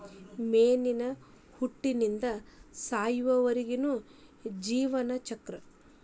ಮೇನಿನ ಹುಟ್ಟಿನಿಂದ ಸಾಯುವರೆಗಿನ ಜೇವನ ಚಕ್ರ